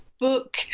book